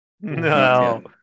No